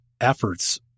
efforts